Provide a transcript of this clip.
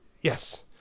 yes